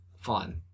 fun